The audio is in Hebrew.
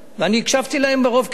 ואני הקשבתי להם ברוב קשב.